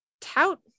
tout